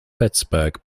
pittsburgh